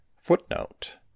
Footnote